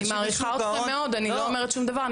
אני מעריכה אתכם מאוד, אני לא אומרת שום דבר.